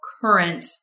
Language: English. current